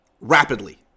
rapidly